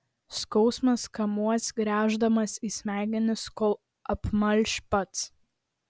skausmas kamuos gręždamasis į smegenis kol apmalš pats